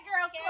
girls